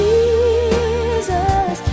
Jesus